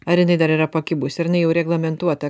ar jinai dar yra pakibusi ar jinai jau reglamentuota